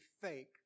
fake